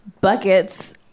buckets